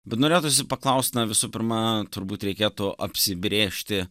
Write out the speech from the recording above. bet norėtųsi paklaust na visų pirma turbūt reikėtų apsibrėžti